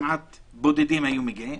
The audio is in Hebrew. בודדים היו מגיעים,